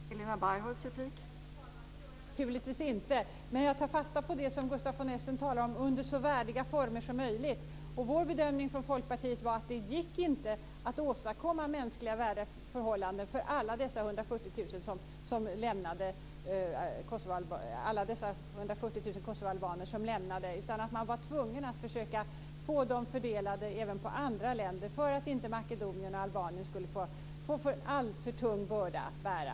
Fru talman! Nej, det gör jag naturligtvis inte. Men jag tar fasta på det som Gustaf von Essen talar om när han säger "under så värdiga former som möjligt". Folkpartiets bedömning var att det inte gick att åstadkomma mänskligt värdiga förhållanden för alla dessa 140 000 kosovoalbaner som lämnade landet. Man var tvungen att försöka få dem fördelade även på andra länder för att inte Makedonien och Albanien skulle få en alltför tung börda att bära.